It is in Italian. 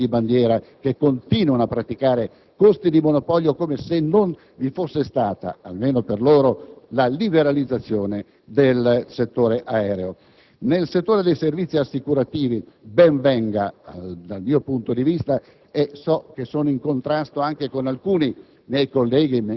delle compagnie di bandiera, che continuano ad applicare prezzi di monopolio come se non vi fosse stata, almeno per loro, la liberalizzazione del settore del trasporto aereo? Nel comparto dei servizi assicurativi, ben venga dal mio punto di vista - so di essere in contrasto con alcuni